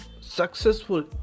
successful